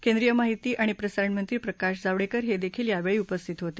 केंद्रीय माहिती आणि प्रसारण मंत्री प्रकाश जावडेकर हे देखील यावेळी उपस्थित होते